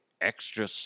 extra